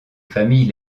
familles